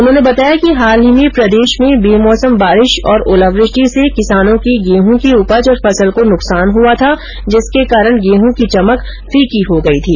उन्होंने बताया कि हाल ही में प्रदेश में बेमौसम बारिश और ओलावृष्टि से किसानों की गेहूं की उपज और फसल को नुकसान हुआ था जिसके कारण गेहूं की चमक फीकी हो गई थी